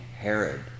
Herod